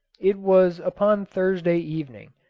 it was upon thursday evening,